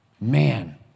Man